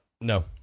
No